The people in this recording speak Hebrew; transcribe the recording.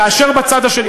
כאשר בצד השני,